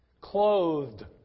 Clothed